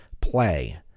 play